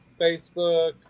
Facebook